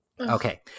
okay